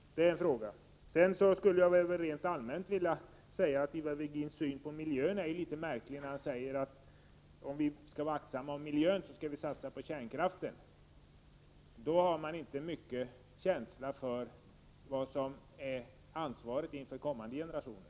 Sedan skulle jag rent allmänt vilja säga att Ivar Virgins syn på miljön är litet märklig. Han säger att om vi skall vara aktsamma om miljön, skall vi satsa på kärnkraften. Då har man inte mycket känsla för vad som är ansvarigt inför kommande generationer.